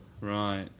Right